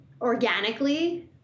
organically